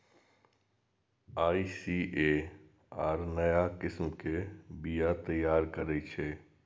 ICAR नया किस्म के बीया तैयार करै छै